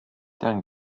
deren